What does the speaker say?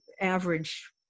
average